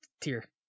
tier